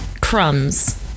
crumbs